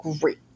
great